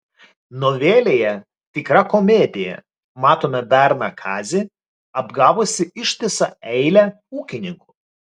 novelėje tikra komedija matome berną kazį apgavusį ištisą eilę ūkininkų